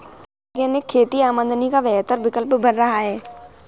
organic खेती आमदनी का बेहतर विकल्प बन रहा है